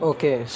Okay